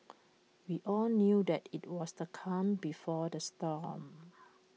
we all knew that IT was the calm before the storm